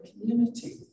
community